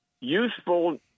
useful